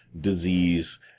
disease